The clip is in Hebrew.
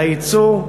היצוא,